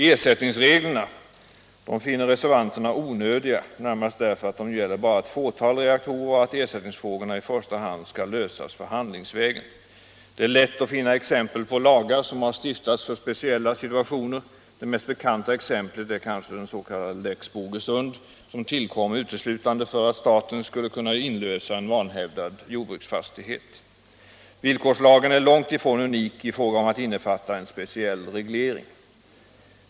Ersättningsreglerna finner reservanterna onödiga, närmast därför att de gäller bara ett fåtal reaktorer och att ersättningsfrågorna i första hand skall lösas förhandlingsvägen. Det är lätt att finna exempel på lagar som har stiftats för speciella situationer. Det mest bekanta exemplet är kanske den s.k. Lex Bogesund som tillkom uteslutande för att staten skulle kunna inlösa en vanhävdad jordbruksfastighet. Villkorslagen är långt ifrån unik i fråga om att innefatta en speciell reglering.